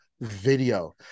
video